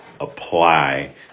apply